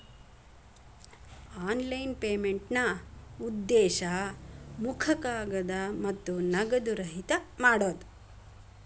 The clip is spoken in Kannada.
ಆನ್ಲೈನ್ ಪೇಮೆಂಟ್ನಾ ಉದ್ದೇಶ ಮುಖ ಕಾಗದ ಮತ್ತ ನಗದು ರಹಿತ ಮಾಡೋದ್